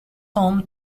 home